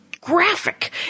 graphic